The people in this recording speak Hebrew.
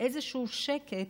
איזשהו שקט,